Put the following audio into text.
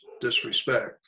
disrespect